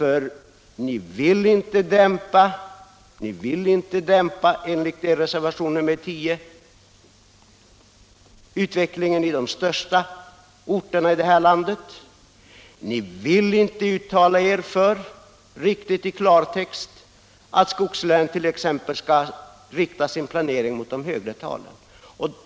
Enligt reservation 10 vill ni inte dämpa utvecklingen i de största orterna i landet, och ni vill inte uttala er riktigt i klartext för att skogslänen skall inrikta sin planering mot de högre talen.